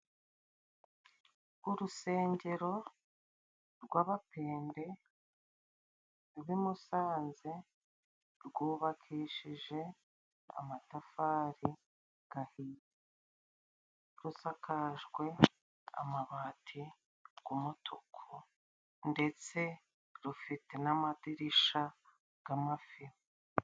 Urusengero rw'abapende rw'i Musanze rwubakishije amatafari gahiye, rusakajwe amabati g'umutuku ndetse rufite n'amadirisha g'amafime.